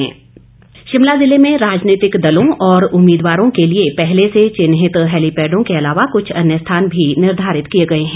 DC Shimla Shimla ज़िले में राजनीतिक दलों और उम्मीदवारों के लिए पहले से चिन्हित हैलीपैडों के अलावा कुछ अन्य स्थान भी निर्धारित किए गए हैं